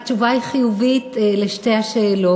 התשובה היא חיובית על שתי השאלות,